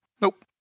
Nope